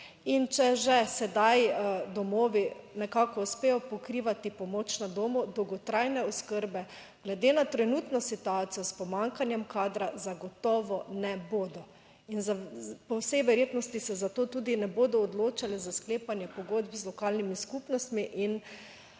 če že sedaj domovi nekako uspejo pokrivati pomoč na domu, dolgotrajne oskrbe glede na trenutno situacijo s pomanjkanjem kadra zagotovo ne bodo in po vsej verjetnosti se zato tudi ne bodo odločali za sklepanje pogodb z lokalnimi skupnostmi. In